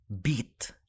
beat